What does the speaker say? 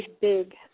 big